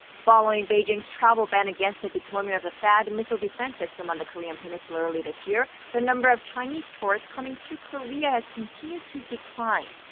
following beijing's travel ban against the deployment of the thaad missile defense system on the korean peninsula early this year. the number of chinese tourists coming to korea has continued to decline.